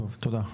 תודה.